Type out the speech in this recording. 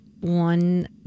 one